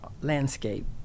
landscape